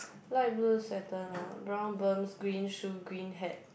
light blue sweater lah brown perms green shoe green hat